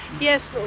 yes